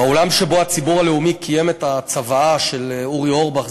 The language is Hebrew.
בעולם שבו הציבור הלאומי קיים את הצוואה של אורי אורבך,